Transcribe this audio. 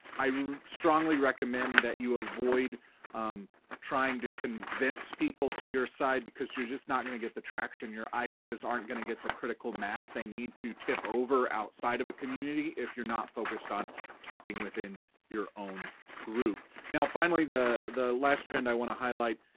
i strongly recommend that you avoid trying to convince people to your side, because you're just not gonna get the traction, your ideas aren't gonna get the critical mass they need to tip over outside of a community if you're not focused on talking within your own group. now finally, the the last trend i wanna highlight,